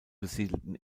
besiedelten